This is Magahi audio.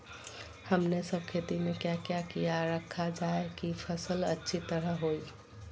हमने सब खेती में क्या क्या किया रखा जाए की फसल अच्छी तरह होई?